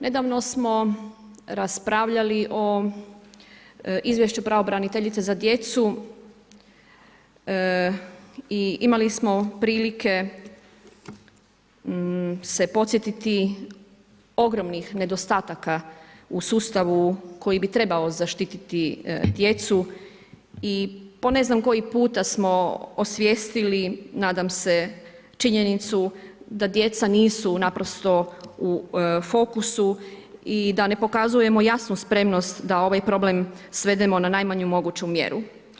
Nedavno smo raspravljali o izvješću pravobraniteljice za djecu i imali smo prilike se podsjetiti ogromnih nedostataka u sustavu koji bi trebao zaštititi djecu i po ne znam koji puta smo osvijestili, nadam se, činjenicu da djeca nisu naprosto u fokusu i da ne pokazujemo jasnu spremnost da ovaj problem svedemo na najmanju moguću mjeru.